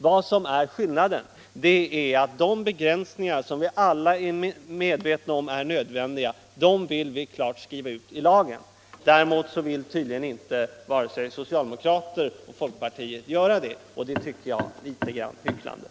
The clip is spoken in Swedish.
Vad som är skillnaden är att de begränsningar, som alla är medvetna om är nödvändiga, vill vi klart skriva in i lagen. Däremot vill inte vare sig socialdemokrater eller folkpartister göra det.